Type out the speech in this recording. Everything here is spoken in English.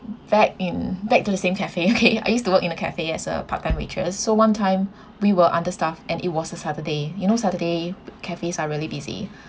back in back to the same cafe okay I used to work in a cafe as a part-time waitress so one time we were understaffed and it was a saturday you know saturday cafes are really busy